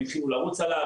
הם התחילו לרוץ עליו,